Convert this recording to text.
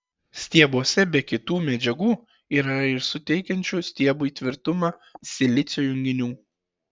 stiebuose be kitų medžiagų yra ir suteikiančių stiebui tvirtumą silicio junginių